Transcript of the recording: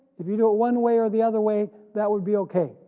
if you do it one way or the other way that would be ok.